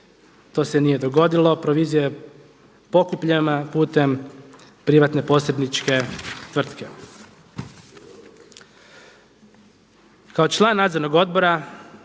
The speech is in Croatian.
to se nije dogodilo, provizija je pokupljena putem privatne posredničke tvrtke.